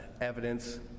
evidence